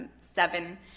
seven